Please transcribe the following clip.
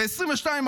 ב-2022,